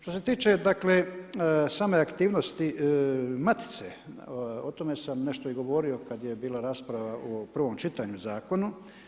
Što se tiče dakle same aktivnosti Matice o tome sam nešto i govorio kada je bila rasprava u prvom čitanju Zakona.